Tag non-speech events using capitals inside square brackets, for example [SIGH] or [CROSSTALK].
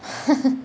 [LAUGHS]